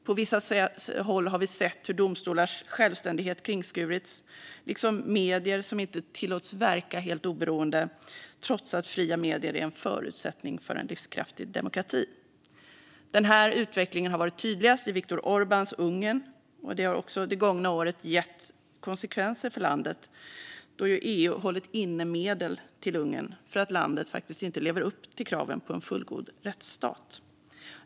På vissa håll har vi sett hur domstolars självständighet har kringskurits. Vi har också sett medier som inte tillåts att verka helt oberoende, trots att fria medier är en förutsättning för en livskraftig demokrati. Denna utveckling har varit tydligast i Viktor Orbáns Ungern, vilket under det gångna året har gett konsekvenser för landet då EU har hållit inne medel till Ungern därför att landet faktiskt inte lever upp till kraven på en fullgod rättsstat.